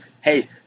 Hey